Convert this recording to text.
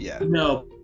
No